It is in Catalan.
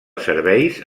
serveis